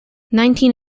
nineteen